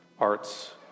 arts